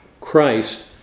Christ